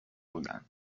بودند